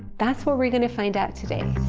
that's what we're going to find out today.